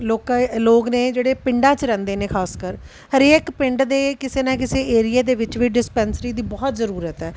ਲੋਕਾਂ ਲੋਕ ਨੇ ਜਿਹੜੇ ਪਿੰਡਾਂ 'ਚ ਰਹਿੰਦੇ ਨੇ ਖਾਸਕਰ ਹਰੇਕ ਪਿੰਡ ਦੇ ਕਿਸੇ ਨਾ ਕਿਸੇ ਏਰੀਏ ਦੇ ਵਿੱਚ ਵੀ ਡਿਸਪੈਂਸਰੀ ਦੀ ਬਹੁਤ ਜ਼ਰੂਰਤ ਹੈ